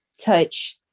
touch